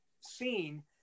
seen